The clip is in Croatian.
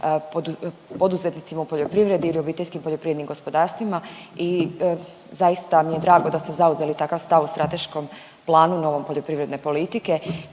poduzetnicima u poljoprivredi ili OPG-ovima i zaista mi je drago da ste zauzeli takav stav o strateškom planu novom poljoprivredne politike,